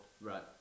Right